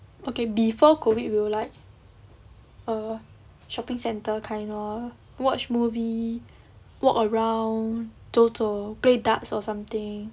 okay before COVID we will like err shopping centre kind lor watch movie walk around 走走 play darts or something